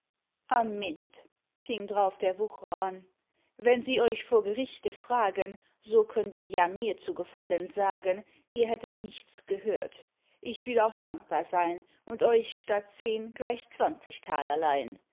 mann amynt fing drauf der wuchrer an wenn sie euch vor gerichte fragen so könnt ihr ja mir zu gefallen sagen ihr hättet nichts gehört ich will auch dankbar sein und euch statt zehn gleich zwanzig taler